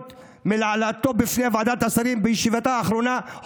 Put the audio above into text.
ומהעלאתה בפני ועדת השרים בישיבתה האחרונה,